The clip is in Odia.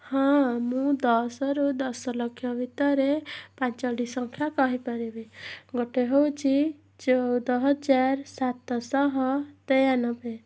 ହଁ ମୁଁ ଦଶରୁ ଦଶ ଲକ୍ଷ ଭିତରେ ପାଞ୍ଚଟି ସଂଖ୍ୟା କହିପାରିବି ଗୋଟେ ହେଉଛି ଚଉଦ ହଜାର ସାତଶହ ତେୟାନବେ